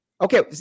Okay